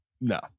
No